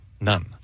none